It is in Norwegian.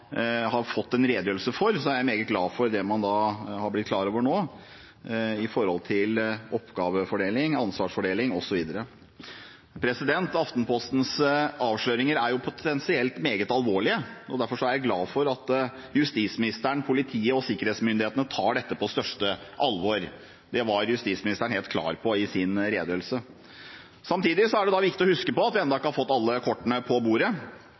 har fått en redegjørelse av, er jeg meget glad for det man nå har blitt klar over – oppgavefordeling, ansvarsfordeling osv. Aftenpostens avsløringer er potensielt meget alvorlige. Derfor er jeg glad for at justisministeren, politiet og sikkerhetsmyndighetene tar dette på største alvor. Det var justisministeren helt klar på i sin redegjørelse. Samtidig er det viktig å huske på at vi ennå ikke har fått alle kortene på bordet.